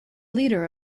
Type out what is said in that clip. leader